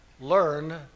learn